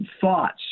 thoughts